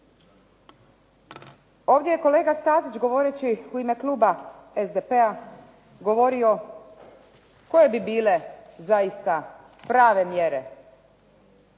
Ovdje je kolega Stazić govoreći u ime kluba SDP-a govorio koje bi bile zaista prave mjere